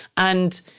and.